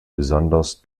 besonders